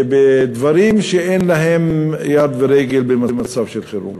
בדברים שאין להם יד ורגל במצב של חירום.